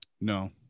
No